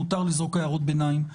מותר לזרוק הערות ביניים,